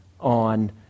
on